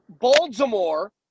Baltimore